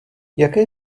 jaké